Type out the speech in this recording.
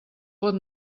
pot